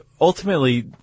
ultimately